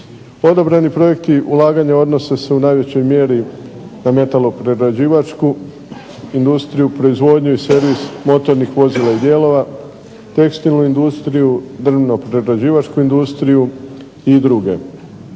Odabrani projekti ulaganja odnose se u najvećoj mjeri na metalo-prerađivačku industriju, proizvodnju i servis motornih vozila i dijelova, tekstilnu industriju, drvno-prerađivačku industriju, i druge.